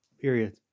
period